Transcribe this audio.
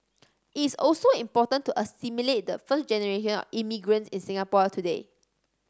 it is also important to assimilate the first generation of immigrants in Singapore today